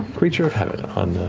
creature of habit on